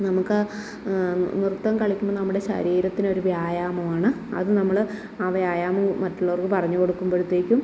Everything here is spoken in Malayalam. നമുക്ക് നൃത്തം കളിക്കുമ്പം നമ്മുടെ ശരീരത്തിനൊര് വ്യായാമമാണ് അത് നമ്മള് ആ വ്യായാമം മറ്റുള്ളവർക്ക് പറഞ്ഞ് കൊടുക്കുമ്പഴത്തേക്കും